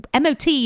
mot